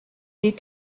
est